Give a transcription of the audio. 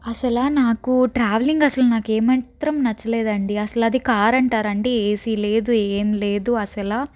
అసలు నాకు ట్రావెలింగ్ అసలు నాకు ఏ మాత్రం నచ్చలేదండి అసలు అది కార్ అంటారా అండి ఏసీ లేదు ఏం లేదు అసలు